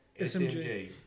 SMG